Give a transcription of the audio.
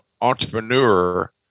entrepreneur